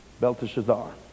Belteshazzar